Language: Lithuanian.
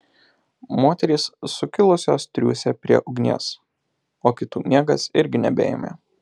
moterys sukilusios triūsė prie ugnies o kitų miegas irgi nebeėmė